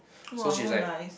!wah! so nice